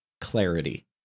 clarity